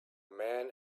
man